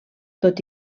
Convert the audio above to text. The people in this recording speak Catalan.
tot